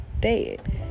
dead